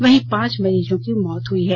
वहीं पांच मरीजों की मौत हई है